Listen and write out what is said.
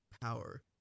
power